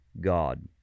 God